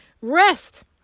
rest